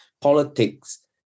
politics